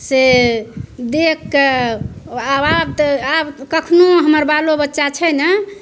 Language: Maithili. से देखिके आओर आब तऽ आब कखनो हमर बालो बच्चा छै ने